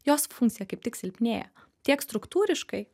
jos funkcija kaip tik silpnėja tiek struktūriškai